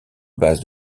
bases